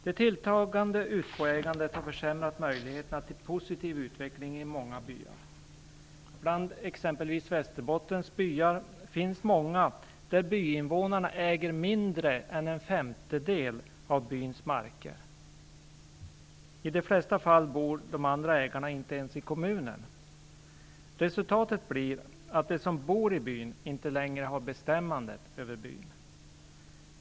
Det tilltagande utboägandet har försämrat möjligheterna till en positiv utveckling i många byar. Exempelvis i många av Västerbottens byar äger byinvånarna mindre än en femtedel av byns marker. I de flesta fall bor de andra ägarna inte ens i kommunen. Resultatet är att de som bor i byn inte längre har bestämmandet över byn.